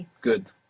Good